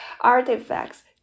artifacts